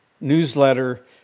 newsletter